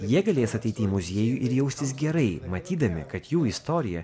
jie galės ateiti į muziejų ir jaustis gerai matydami kad jų istorija